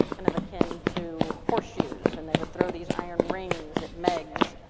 and of akin to horse shoes and they would throw these iron rings at pegs